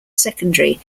secondary